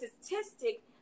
statistic